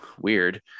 weird